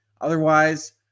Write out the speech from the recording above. Otherwise